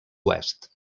oest